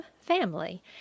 family